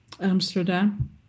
Amsterdam